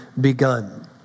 begun